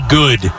good